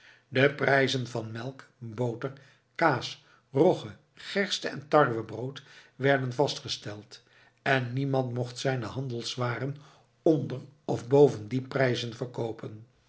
de prijzen van melk boter kaas rogge gersteen tarwebrood werden vastgesteld en niemand mocht zijne handelswaren onder of boven die prijzen verkoopen